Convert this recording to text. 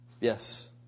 Yes